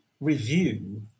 review